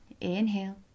Inhale